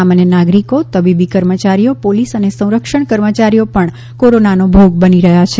સામાન્ય નાગરીકો તબીબી કર્મચારીઓ પોલીસ અને સંરક્ષણ કર્મચારીઓ પણ કોરોનાનો ભોગ બની રહયાં છે